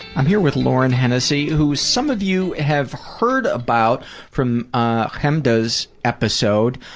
i'm here with lauren hennessey, who some of you have heard about from ah chemda's episode.